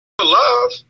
love